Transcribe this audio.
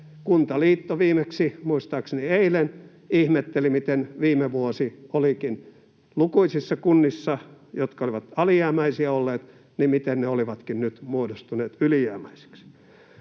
Kuntaliitto — muistaakseni viimeksi eilen — ihmetteli, miten viime vuosi lukuisissa kunnissa, jotka olivat alijäämäisiä olleet, olikin nyt muodostunut ylijäämäiseksi.